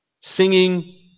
singing